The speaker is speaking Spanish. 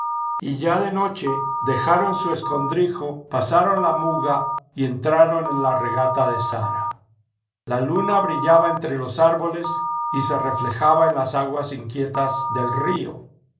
y ya de noche dejaron su escondrijo pasaron la muga y entraron en la regata de sara la luna brillaba entre los árboles y se reflejaba en las aguas inquietas del río